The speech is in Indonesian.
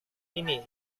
ini